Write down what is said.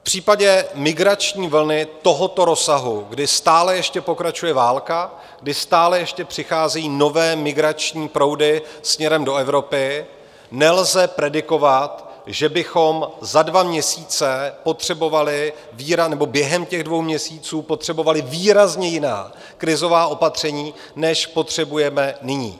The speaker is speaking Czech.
V případě migrační vlny tohoto rozsahu, kdy stále ještě pokračuje válka, kdy stále ještě přicházejí nové migrační proudy směrem do Evropy, nelze predikovat, že bychom za dva měsíce potřebovali, nebo během těch dvou měsíců potřebovali výrazně jiná krizová opatření, než potřebujeme nyní.